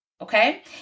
Okay